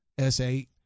S8